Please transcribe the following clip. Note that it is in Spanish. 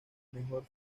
mejor